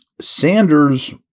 Sanders